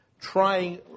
trying